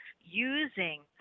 using